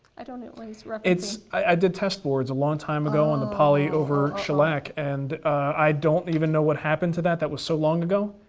i don't know what he's referencing. i did test boards a long time ago on the poly over shellac, and i don't even know what happened to that, that was so long ago.